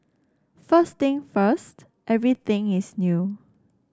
first thing first everything is new